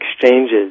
exchanges